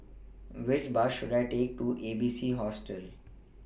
Which Bus should I Take to A B C Hostel